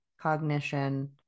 cognition